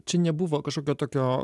čia nebuvo kažkokio tokio